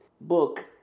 book